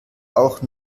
auch